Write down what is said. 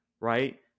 right